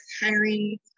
hiring